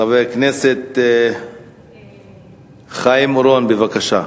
חבר הכנסת חיים אורון, בבקשה.